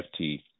FT